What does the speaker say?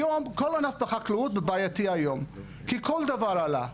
היום, כל ענף החקלאות בעייתי היום, כי כל דבר עלה.